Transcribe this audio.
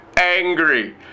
angry